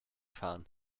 fahren